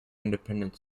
independent